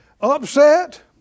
upset